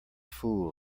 fool